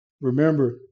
Remember